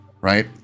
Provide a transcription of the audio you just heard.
right